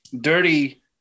Dirty